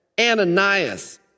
Ananias